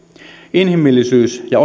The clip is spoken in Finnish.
inhimillisyys ja